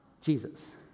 Jesus